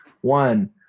One